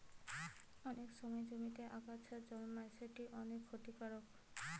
অনেক সময় জমিতে আগাছা জন্মায় যেটি অনেক ক্ষতিকারক